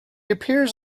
appears